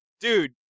dude